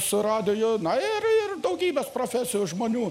su radiju na ir daugybės profesijų žmonių